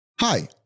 Hi